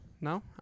No